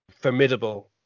formidable